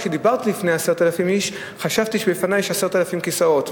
כשדיברתי לפני 10,000 חשבתי שיש לפני 10,000 כיסאות,